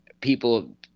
people